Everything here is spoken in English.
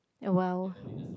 well